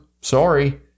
Sorry